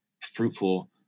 fruitful